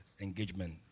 engagement